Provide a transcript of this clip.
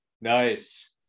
Nice